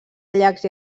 llacs